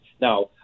Now